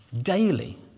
daily